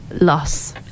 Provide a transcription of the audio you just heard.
loss